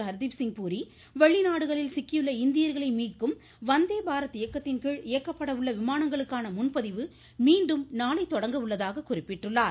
ஹர்தீப்சிங் பூரி வெளிநாடுகளில் சிக்கியுள்ள இந்தியர்களை மீட்கும் வந்தே பாரத் இயக்கத்தின்கீழ் இயக்கப்பட உள்ள விமானங்களுக்கான முன்பதிவு மீண்டும் நாளை தொடங்க உள்ளதாக தெரிவித்துள்ளார்